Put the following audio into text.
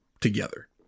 together